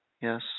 yes